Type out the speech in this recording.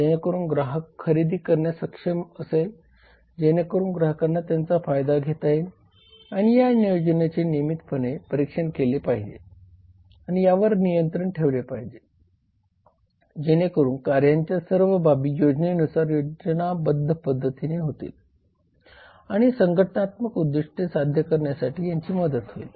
जेणेकरून ग्राहक खरेदी करण्यास सक्षम असेल जेणेकरुन ग्राहकांना त्याचा फायदा घेता येईल आणि या योजनेचे नियमितपणे परीक्षण केले गेले पाहिजे आणि यावर नियंत्रण ठेवले पाहिजे जेणेकरून कार्यांच्या सर्व बाबी योजनेनुसार योजनाबद्ध पद्धतीने होतील आणि संघटनात्मक उद्दीष्टे साध्य करण्यासाठी यांची मदत होईल